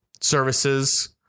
services